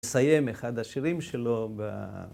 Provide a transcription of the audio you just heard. מסיים אחד השירים שלו ב...